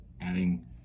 Adding